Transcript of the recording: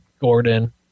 Gordon